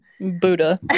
Buddha